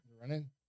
running